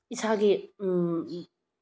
ꯏꯁꯥꯒꯤ